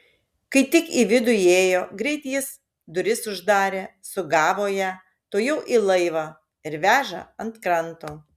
kai tik į vidų įėjo greit jis duris uždarė sugavo ją tuojau į laivą ir veža ant kranto